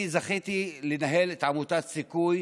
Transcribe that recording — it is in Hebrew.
אני זכיתי לנהל את עמותת סיכוי,